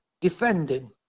defending